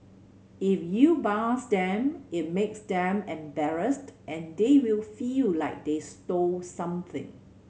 if you buzz them it makes them embarrassed and they will feel like they stole something